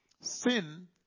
Sin